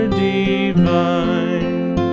divine